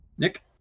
Nick